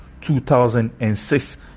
2006